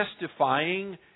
testifying